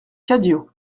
cadio